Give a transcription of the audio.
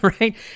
right